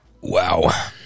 Wow